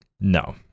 No